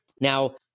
Now